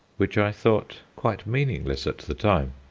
which i thought quite meaningless at the time.